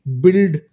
build